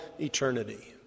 eternity